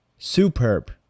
superb